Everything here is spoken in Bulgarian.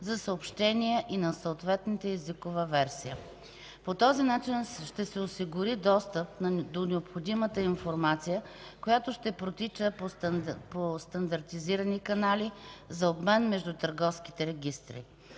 за съобщения и на съответната езикова версия. По този начин ще се осигури достъп до необходимата информация, която ще протича по стандартизирани канали за обмен между търговските регистри.